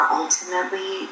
ultimately